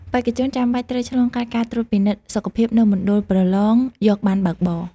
បេក្ខជនចាំបាច់ត្រូវឆ្លងកាត់ការត្រួតពិនិត្យសុខភាពនៅមណ្ឌលប្រឡងយកប័ណ្ណបើកបរ។